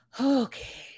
Okay